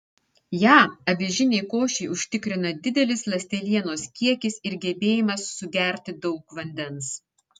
ją avižinei košei užtikrina didelis ląstelienos kiekis ir gebėjimas sugerti daug vandens